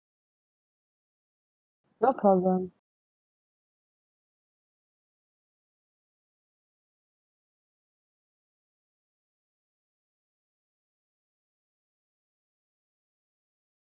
no problem